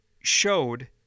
showed